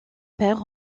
père